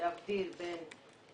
להבדיל בין